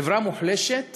חברה מוחלשת